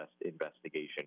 investigation